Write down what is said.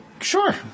Sure